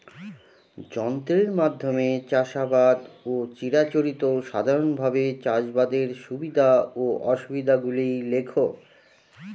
যন্ত্রের মাধ্যমে চাষাবাদ ও চিরাচরিত সাধারণভাবে চাষাবাদের সুবিধা ও অসুবিধা গুলি লেখ?